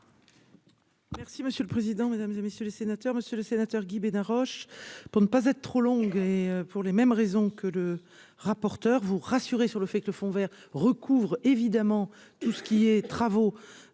Merci monsieur le président, Mesdames et messieurs les sénateurs, monsieur le sénateur Guy Bénard Roche pour ne pas être trop long et pour les mêmes raisons que le rapporteur vous rassurer sur le fait que le fond Vert recouvre évidemment tout ce qui est Travaux